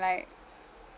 like